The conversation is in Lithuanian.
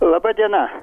laba diena